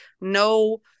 no